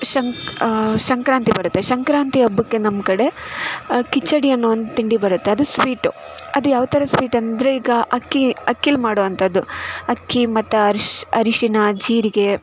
ಶಂಕ್ ಸಂಕ್ರಾಂತಿ ಬರುತ್ತೆ ಸಂಕ್ರಾಂತಿ ಹಬ್ಬಕ್ಕೆ ನಮ್ಮ ಕಡೆ ಕಿಚಡಿ ಅನ್ನೋವನ್ ತಿಂಡಿ ಬರುತ್ತೆ ಅದು ಸ್ವೀಟು ಅದು ಯಾವಥರ ಸ್ವೀಟ್ ಅಂದರೆ ಈಗ ಅಕ್ಕಿ ಅಕ್ಕಿಯಲ್ಲಿ ಮಾಡೋವಂಥದ್ದು ಅಕ್ಕಿ ಮತ್ತು ಅರ್ಶ್ ಅರಿಶಿಣ ಜೀರಿಗೆ